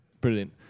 brilliant